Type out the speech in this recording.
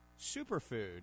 Superfood